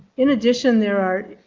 in addition, there are